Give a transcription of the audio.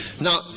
Now